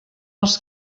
als